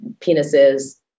penises